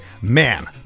man